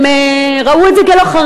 הם ראו את זה לא כחריג,